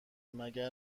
مگر